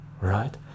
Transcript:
right